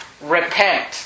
Repent